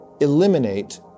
Eliminate